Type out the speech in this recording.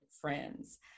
friends